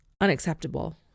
unacceptable